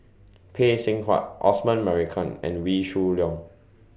Phay Seng Whatt Osman Merican and Wee Shoo Leong